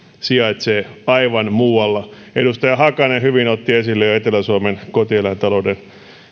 sijaitsee aivan muualla edustaja hakanen hyvin jo otti esille etelä suomen kotieläintalouden